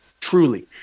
Truly